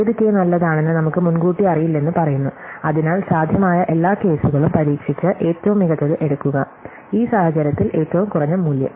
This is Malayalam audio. ഏത് കെ നല്ലതാണെന്ന് നമുക്ക് മുൻകൂട്ടി അറിയില്ലെന്ന് പറയുന്നു അതിനാൽ സാധ്യമായ എല്ലാ കേസുകളും പരീക്ഷിച്ച് ഏറ്റവും മികച്ചത് എടുക്കുക ഈ സാഹചര്യത്തിൽ ഏറ്റവും കുറഞ്ഞ മൂല്യം